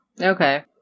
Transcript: Okay